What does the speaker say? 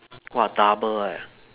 !wah! double eh